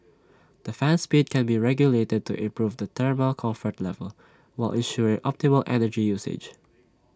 the fan speed can be regulated to improve the thermal comfort level while ensuring optimal energy usage